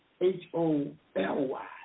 H-O-L-Y